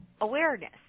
awareness